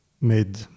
made